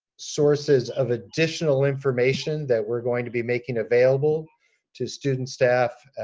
sources of additional information that we're going to be making available to students, staff,